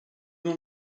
one